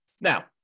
Now